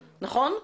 נכון?